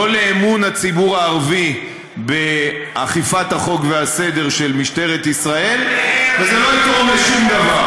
לא לאמון הציבור הערבי באכיפת החוק והסדר של משטרת ישראל ולא לשום דבר.